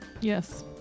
Yes